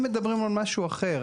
הם מדברים על משהו אחר.